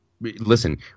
listen